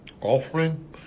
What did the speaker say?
Offering